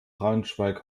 braunschweig